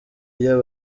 iyo